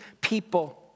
people